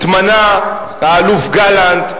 התמנה האלוף גלנט,